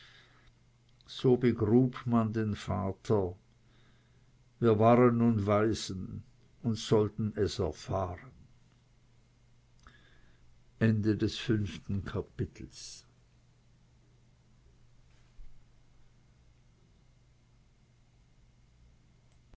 so begrub man den vater wir waren nun waisen und sollten es erfahren